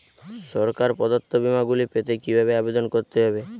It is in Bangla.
সরকার প্রদত্ত বিমা গুলি পেতে কিভাবে আবেদন করতে হবে?